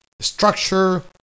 structure